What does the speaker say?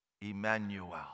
Emmanuel